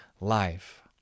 life